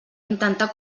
intentar